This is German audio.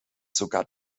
sogar